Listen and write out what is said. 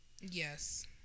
Yes